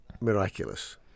miraculous